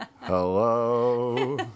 hello